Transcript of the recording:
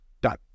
Done